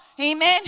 amen